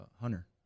Hunter